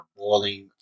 boiling